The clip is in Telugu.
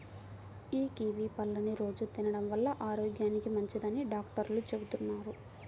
యీ కివీ పళ్ళని రోజూ తినడం వల్ల ఆరోగ్యానికి మంచిదని డాక్టర్లు చెబుతున్నారు